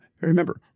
remember